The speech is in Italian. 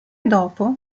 dopo